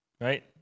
Right